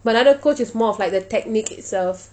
but the other coach is more of like the technique itself